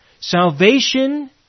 Salvation